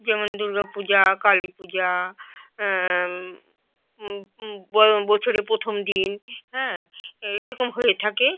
যেমন দুর্গা পূজা কালী পূজা বছরের প্রথম দিন হ্যাঁ এরকম হয়ে থাকে